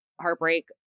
heartbreak